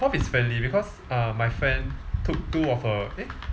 prof is friendly because uh my friend took two of her eh